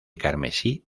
carmesí